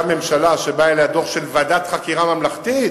גם ממשלה שמגיע אליה דוח של ועדת חקירה ממלכתית